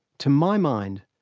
to my mind,